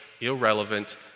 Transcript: irrelevant